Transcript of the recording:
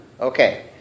Okay